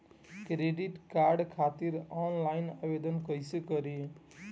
Credit card खातिर online आवेदन कइसे करि?